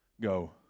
go